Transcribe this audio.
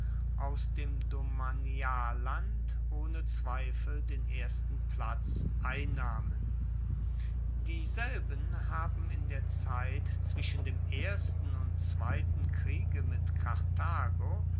aus dem domanialland ohne zweifel den ersten platz einnehmen dieselben haben in der zeit zwischen dem ersten und zweiten kriege mit karthago